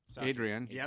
Adrian